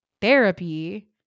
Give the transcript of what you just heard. therapy